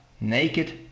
naked